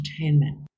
entertainment